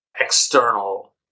external